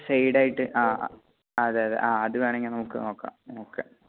ഷെയ്ഡായിട്ട് ആ ആ അതെയതെ ആ അത് വെണമെങ്കിൽ നമുക്ക് നോക്കാം ഓക്കെ